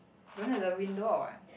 don't have the window or what